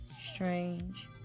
strange